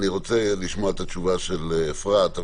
אני רוצה לשמוע את התשובה של אפרת,